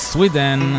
Sweden